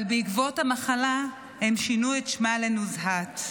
אבל בעקבות המחלה הם שינו את שמה לנוזהת.